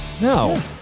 No